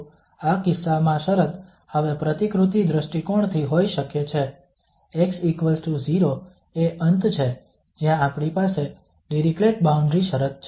તો આ કિસ્સામાં શરત હવે પ્રતિકૃતિ દૃષ્ટિકોણથી હોઈ શકે છે x0 એ અંત છે જ્યાં આપણી પાસે ડિરીક્લેટ બાઉન્ડ્રી શરત છે